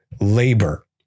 labor